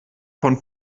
von